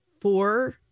four